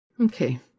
Okay